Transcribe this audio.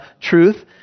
truth